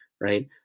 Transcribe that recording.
right